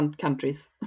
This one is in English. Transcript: countries